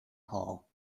hall